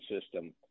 system